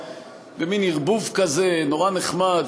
במין ערבוב כזה נורא נחמד,